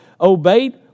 obeyed